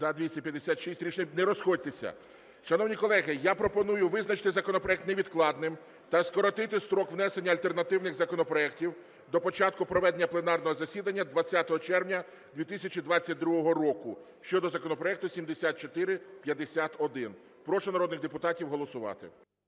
За-256 Рішення… Не розходьтеся. Шановні колеги, я пропоную визначити законопроект невідкладним та скоротити строк внесення альтернативних законопроектів до початку проведення пленарного засідання 20 червня 2022 року щодо законопроекту 7451. Прошу народних депутатів голосувати.